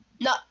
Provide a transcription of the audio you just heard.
no